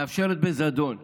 מאפשרת בזדון